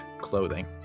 clothing